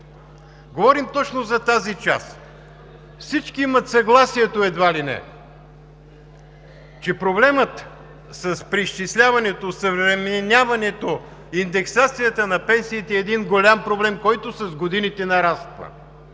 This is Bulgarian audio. Говорим точно за тази част. Всички имат съгласието – едва ли не, че проблемът с преизчисляването, осъвременяването, индексацията на пенсиите е един голям проблем, който с годините нараства.